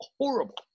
horrible